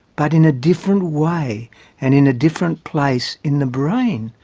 but in a different way and in a different place in the brain,